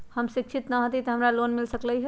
हम शिक्षित न हाति तयो हमरा लोन मिल सकलई ह?